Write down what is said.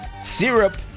Syrup